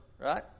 right